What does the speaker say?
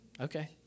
Okay